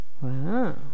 Wow